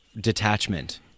detachment